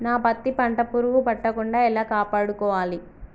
నా పత్తి పంట పురుగు పట్టకుండా ఎలా కాపాడుకోవాలి?